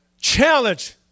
challenge